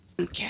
Okay